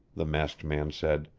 the masked man said.